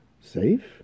Safe